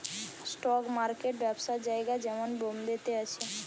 stock market ব্যবসার জায়গা যেমন বোম্বে তে আছে